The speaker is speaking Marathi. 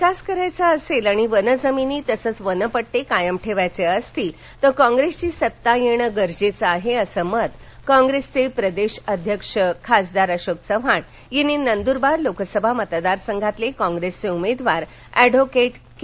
विकास करायचा असेल आणि वनजमिनी तसंच वन पट्टे कायम ठेवायचे असतील तर कॉप्रेसची सत्ता येणंगरजेचं आहे असं मत कॉप्रेसचे प्रदेश अध्यक्ष खासदार अशोक चव्हाण यांनी नंदुरबार लोकसभा मतदार संघातले कॉप्रेसचे उमेदवार अह्व के